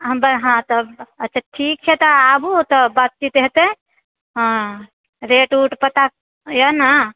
हँ तब अच्छा ठीक छै तऽ आबु तऽ बातचीत हेतै हँ रेट ऊट पता यऽ ने